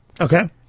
Okay